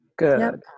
Good